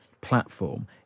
platform